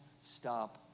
stop